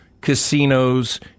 casinos